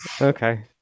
Okay